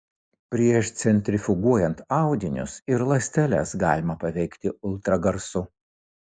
prieš centrifuguojant audinius ir ląsteles galima paveikti ultragarsu